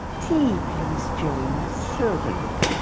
tea please, james. certainly.